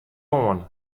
oan